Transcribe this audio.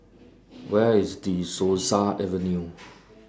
Where IS De Souza Avenue